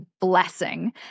blessing